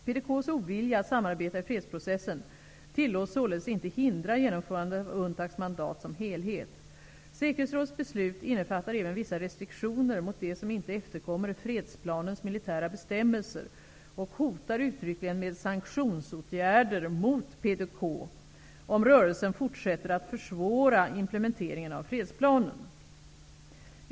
PDK:s ovilja att samarbeta i fredsprocessen tillåts således inte hindra genomförandet av UNTAC:s mandat som helhet. Säkerhetsrådets beslut innefattar även vissa restriktioner mot dem som inte efterkommer fredsplanens militära bestämmelser och hotar uttryckligen med sanktionsåtgärder mot PDK om rörelsen fortsätter att försvåra implementeringen av fredsplanen.